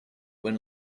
when